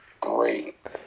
Great